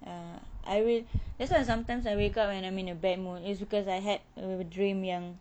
ah I will that's why sometimes I wake up and I'm in a bad mood is because I had a dream yang